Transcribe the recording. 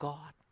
God